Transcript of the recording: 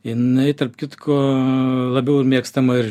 jinai tarp kitko labiau ir mėgstama ir